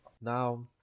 Now